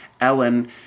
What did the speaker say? Ellen